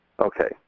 Okay